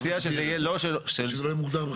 שזה לא יהיה מוגדר בכלל.